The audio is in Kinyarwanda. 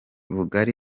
bugari